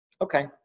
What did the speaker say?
Okay